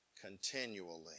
continually